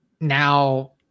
Now